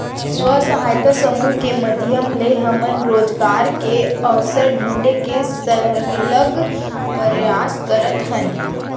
स्व सहायता समूह के माधियम ले हमन रोजगार के अवसर ढूंढे के सरलग परयास करत हन